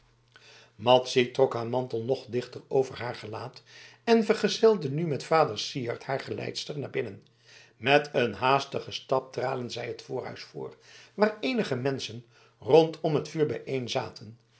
madzy trok haar mantel nog dichter over haar gelaat en vergezelde nu met vader syard haar geleidster naar binnen met een haastigen stap traden zij het voorhuis door waar eenige menschen rondom het vuur